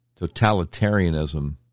totalitarianism